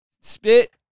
spit